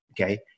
okay